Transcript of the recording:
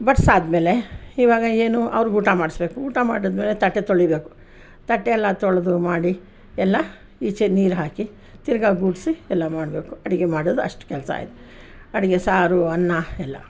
ಬಡ್ಸಿ ಆದಮೇಲೆ ಇವಾಗ ಏನು ಅವ್ರ್ಗೆ ಊಟ ಮಾಡಿಸ್ಬೇಕು ಊಟ ಮಾಡಿದಮೇಲೆ ತಟ್ಟೆ ತೊಳಿಬೇಕು ತಟ್ಟೆಲ್ಲ ತೊಳೆದು ಮಾಡಿ ಎಲ್ಲ ಈಚೆ ನೀರು ಹಾಕಿ ತಿರ್ಗಾ ಗುಡಿಸಿ ಎಲ್ಲ ಮಾಡಬೇಕು ಅಡುಗೆ ಮಾಡೋದು ಅಷ್ಟು ಕೆಲಸ ಐತೆ ಅಡುಗೆ ಸಾರು ಅನ್ನ ಎಲ್ಲ